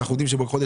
אנחנו יודעים שבסוף